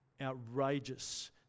outrageous